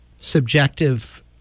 subjective